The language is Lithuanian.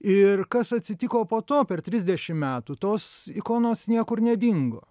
ir kas atsitiko po to per trisdešim metų tos ikonos niekur nedingo